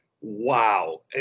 wow